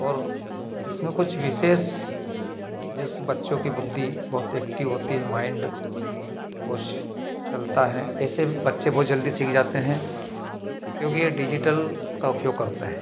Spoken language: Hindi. और इसमें कुछ विशेष जिस बच्चों की बुद्धि बहुत एक्टिव होती है माइंड वॉश चलता है ऐसे बच्चे बहुत जल्दी सीख जाते हैं क्योंकि ये डिजिटल का उपयोग करते हैं